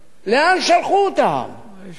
לא שלחו אותם למקומות החלשים?